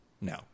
No